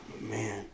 man